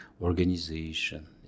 organization